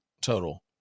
total